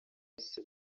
bose